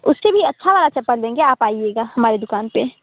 उससे भी अच्छा वाला चप्पल देंगे आप आइएगा हमारे दुकान पर